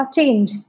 Change